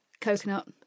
coconut